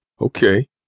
Okay